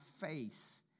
face